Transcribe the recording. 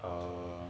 err